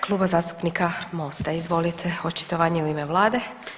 Kluba zastupnika Mosta, izvolite očitovanje u ime vlade.